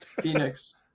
phoenix